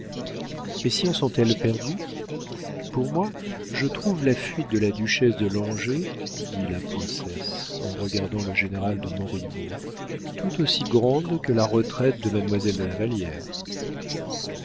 les sciences ont-elles perdu pour moi je trouve la fuite de la duchesse de langeais dit la princesse en regardant le général de montriveau tout aussi grande que la retraite de mademoiselle de la